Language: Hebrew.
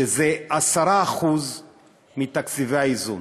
שזה 10% מתקציבי האיזון.